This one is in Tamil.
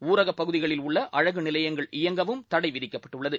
ஊரகப் பகுதிகளில் உள்ள அழகு நிலையங்கள் இயங்கவும் தடை விதிக்கப்பட்டுள்ளது